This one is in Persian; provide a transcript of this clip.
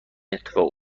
اتفاق